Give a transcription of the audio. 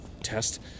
test